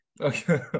Okay